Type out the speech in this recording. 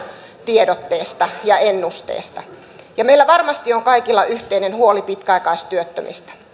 tiedotteesta ja ennusteesta meillä varmasti on kaikilla yhteinen huoli pitkäaikaistyöttömistä